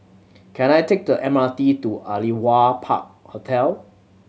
can I take the M R T to Aliwal Park Hotel